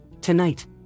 Tonight